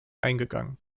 eingegangen